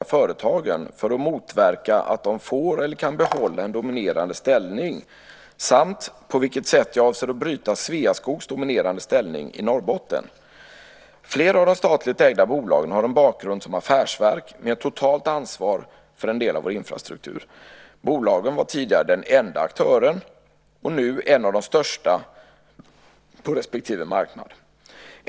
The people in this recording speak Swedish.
Herr talman! Ulla Löfgren har frågat mig på vilket sätt jag tänker förbättra styrningen av de konkurrensutsatta statliga företagen för att motverka att de får eller kan behålla en dominerande ställning samt på vilket sätt jag avser att bryta Sveaskogs dominerande ställning i Norrbotten. Flera av de statligt ägda bolagen har en bakgrund som affärsverk med ett totalt ansvar för en del av vår infrastruktur. Bolagen var tidigare den enda aktören, nu bland de största, på respektive marknad.